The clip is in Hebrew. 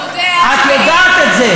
את יודעת את זה.